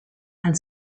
and